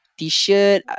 t-shirt